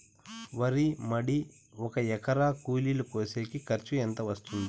వరి మడి ఒక ఎకరా కూలీలు కోసేకి ఖర్చు ఎంత వస్తుంది?